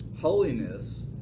holiness